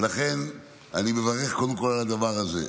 לכן אני קודם כול מברך על הדבר הזה.